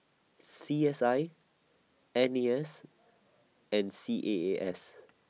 C S I N A S and C A A S